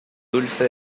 dulce